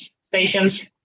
stations